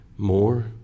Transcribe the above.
More